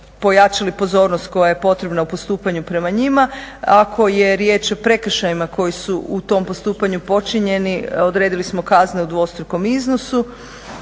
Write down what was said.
pojačali pozornost koja je potrebna u postupanju prema njima. Ako je riječ o prekršajima koji su u tom postupanju počinjeni, odredili smo kazne u dvostrukom iznosu.